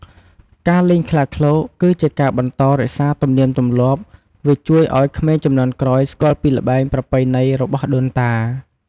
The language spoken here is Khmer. ការលេងខ្លាឃ្លោកគឺជាការបន្តរក្សាទំនៀមទម្លាប់វាជួយឱ្យក្មេងជំនាន់ក្រោយស្គាល់ពីល្បែងប្រពៃណីរបស់ដូនតា។